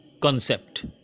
concept